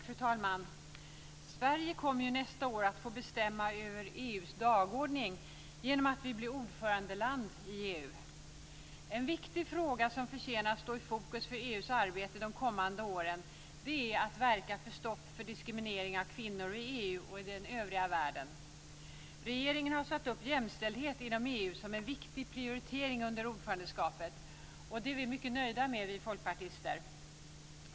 Fru talman! Sverige kommer ju nästa år att få bestämma över EU:s dagordning genom att vi blir ordförandeland i EU. En viktig fråga som förtjänar att stå i fokus för EU:s arbete de kommande åren är att verka för ett stopp för diskriminering av kvinnor i EU och i den övriga världen. Regeringen har satt upp jämställdhet inom EU som en viktig prioritering under ordförandeskapet, vilket vi folkpartister är mycket nöjda med.